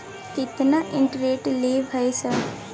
केतना इंटेरेस्ट ले भाई सर?